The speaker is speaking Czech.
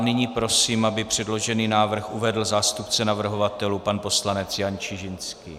Nyní prosím, aby předložený návrh uvedl zástupce navrhovatelů, pan poslanec Jan Čižinský.